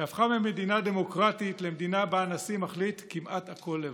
שהפכה ממדינה דמוקרטית למדינה שבה הנשיא מחליט כמעט הכול לבד.